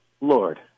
lord